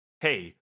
hey